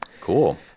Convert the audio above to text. Cool